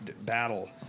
battle